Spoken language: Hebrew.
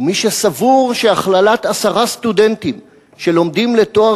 ומי שסבור שהכללת עשרה סטודנטים שלומדים לתואר